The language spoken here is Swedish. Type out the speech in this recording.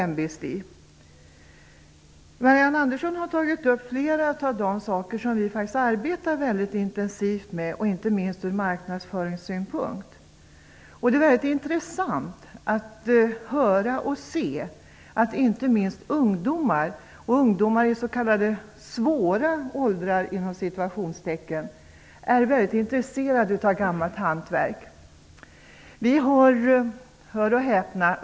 Marianne Andersson har tagit upp flera av de saker som vi faktiskt väldigt intensivt arbetar med, inte minst från marknadsföringssynpunkt. Det är väldigt intressant att höra och se att inte minst ungdomar, och då även ungdomar i "svåra åldrar", är mycket intresserade av gammalt hantverk. Hör och häpna!